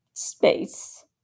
space